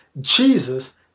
Jesus